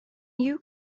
you